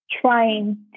trying